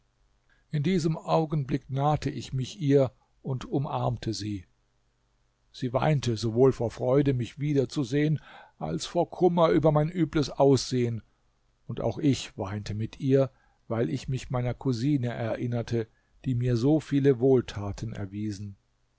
in diesem augenblick nahte ich mich ihr und umarmte sie sie weinte sowohl vor freude mich wieder zu sehen als vor kummer über mein übles aussehen und auch ich weinte mit ihr weil ich mich meiner cousine erinnerte die mir so viele wohltaten erwiesen